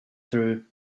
through